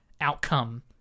outcome